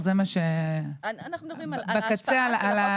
אנחנו מדברים על הניזוק.